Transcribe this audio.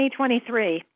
2023